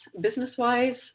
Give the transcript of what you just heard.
business-wise